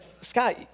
Scott